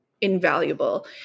invaluable